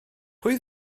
pwy